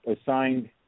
assigned